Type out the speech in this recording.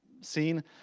seen